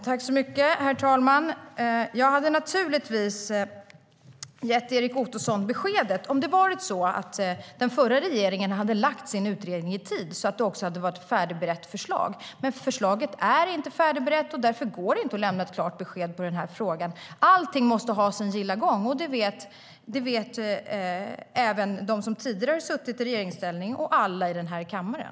Herr talman! Jag hade naturligtvis gett Erik Ottoson det beskedet om den förra regeringen hade tillsatt sin utredning i tid, så att det hade funnits ett färdigberett förslag. Men förslaget är inte färdigberett, och därför går det inte att lämna ett klart besked i frågan. Allting måste gå sin gilla gång. Det vet även de som tidigare suttit i regeringsställning och alla i den här kammaren.